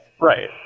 Right